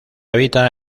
habita